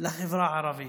לחברה הערבית,